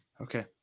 Okay